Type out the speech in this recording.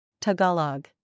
tagalog